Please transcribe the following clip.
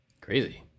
crazy